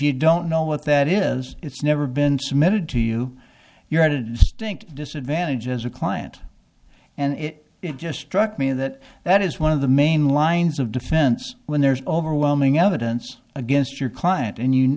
you don't know what that is it's never been submitted to you you're at it stink disadvantage as a client and it just struck me that that is one of the main lines of defense when there's overwhelming evidence against your client and you